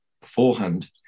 beforehand